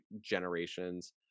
generations